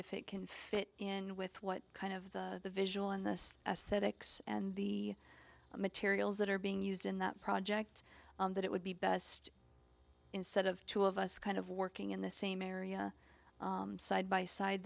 if it can fit in with what kind of the visual on this aesthetics and the materials that are being used in that project that it would be best instead of two of us kind of working in the same area side by side